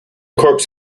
corps